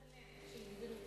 כל כך יפה, איך לא שמת לב?